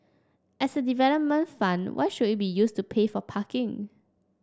as a development fund why should it be used to pay for parking